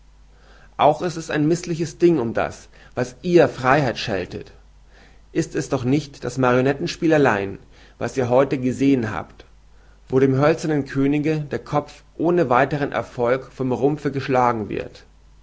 auch ist es ein mißliches ding um das was ihr freiheit scheltet ist es doch nicht das marionettenspiel allein was ihr heute gesehen habt wo dem hölzernen könige der kopf ohne weiteren erfolg vom rumpfe geschlagen wird